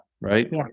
right